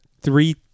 three